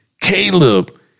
Caleb